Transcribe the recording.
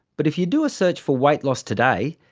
but if you do a search for weight loss today,